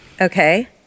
Okay